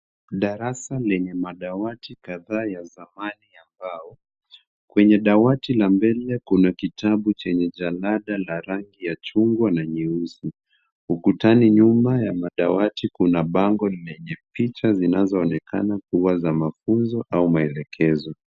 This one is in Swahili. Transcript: Darasa lenye madawati kadhaa ya zamani ya mbao. Kwenye dawati la mbele kuna kitabu chenye jalada la rangi ya chungwa na nyeusi. Ukutani nyuma ya madawati kuna bango lenye picha zinazoonekana kuwa za mafunzo au maelekezo.